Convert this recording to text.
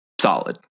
solid